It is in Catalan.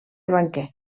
banquer